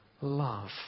love